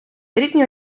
рідні